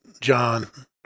John